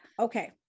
Okay